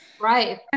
right